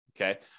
okay